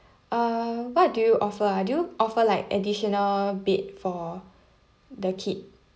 uh what do you offer ah do you offer like additional bed for the kid